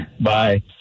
Bye